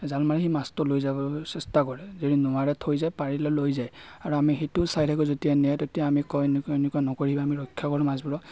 জাল মাৰি মাছটো লৈ যাবলৈ চেষ্টা কৰে যদি নোৱাৰে থৈ যায় পাৰিলে লৈ যায় আৰু আমি সেইটোও চাই থাকো যেতিয়া নিয়ে তেতিয়া আমি কওঁ এনেকুৱা এনেকুৱা নকৰিবা আমি ৰক্ষা কৰোঁ মাছবোৰক